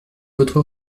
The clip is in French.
votre